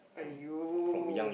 !aiyo!